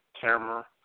camera